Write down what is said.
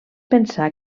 pensar